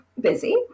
busy